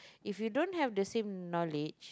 if you don't have the same knowledge